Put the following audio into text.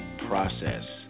process